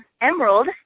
Emerald